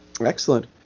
Excellent